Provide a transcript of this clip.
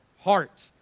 heart